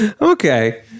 Okay